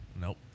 Nope